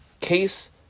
case